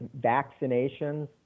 vaccinations